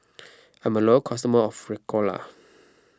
I'm a loyal customer of Ricola